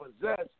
possess